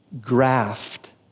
graft